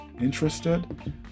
interested